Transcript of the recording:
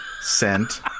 sent